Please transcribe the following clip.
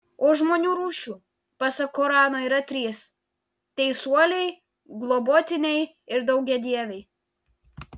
o žmonių rūšių pasak korano yra trys teisuoliai globotiniai ir daugiadieviai